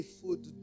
food